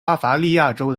巴伐利亚州